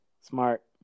Smart